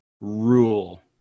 rule